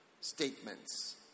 statements